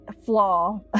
flaw